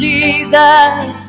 Jesus